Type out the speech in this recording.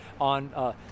on